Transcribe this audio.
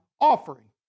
offering